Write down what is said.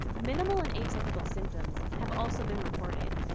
minimal and atypical symptoms have also been reported,